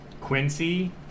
Quincy